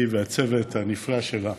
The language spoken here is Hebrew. היא והצוות הנפלא שלה,